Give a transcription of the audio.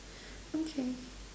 okay